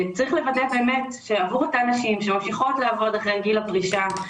צריך לוודא שעבור אותן נשים שמצליחות לעבוד אחרי גיל הפרישה,